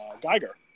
Geiger